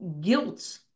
guilt